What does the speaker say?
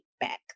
back